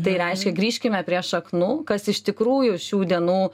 tai reiškia grįžkime prie šaknų kas iš tikrųjų šių dienų